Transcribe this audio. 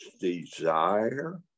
desire